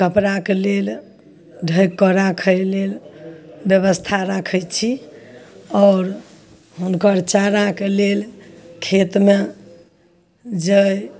कपड़ाक लेल ढकि कऽ राखय लेल व्यवस्था राखय छी आओर हुनकर चाराक लेल खेतमे जइ